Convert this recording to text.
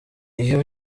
iyo